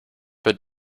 but